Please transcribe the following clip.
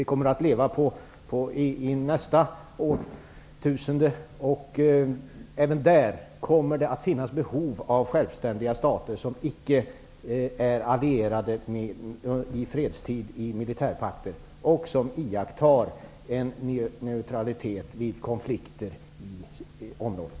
Vi kommer att leva i nästa årtusende, och även då kommer det att finnas behov av självständiga stater, som icke är allierade i fredstid i militärpakter och som iakttar neutralitet vid konflikter i området.